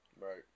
Right